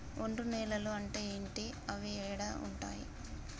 ఒండ్రు నేలలు అంటే ఏంటి? అవి ఏడ ఉంటాయి?